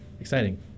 Exciting